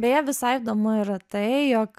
beje visai įdomu yra tai jog